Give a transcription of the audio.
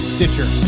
Stitcher